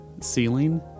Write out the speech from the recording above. ceiling